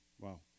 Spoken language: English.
Wow